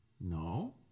no